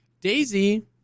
Daisy